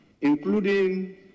including